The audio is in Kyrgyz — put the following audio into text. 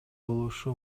болушу